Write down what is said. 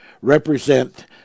represent